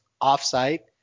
off-site